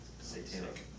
Satanic